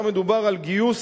היה מדובר על גיוס